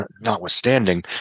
notwithstanding